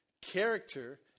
Character